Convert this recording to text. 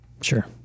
Sure